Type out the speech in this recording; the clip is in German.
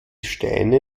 steine